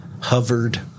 hovered